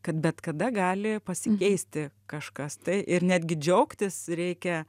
kad bet kada gali pasikeisti kažkas tai ir netgi džiaugtis reikia